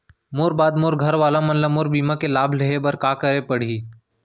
मोर बाद मोर घर वाला मन ला मोर बीमा के लाभ लेहे बर का करे पड़ही?